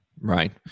Right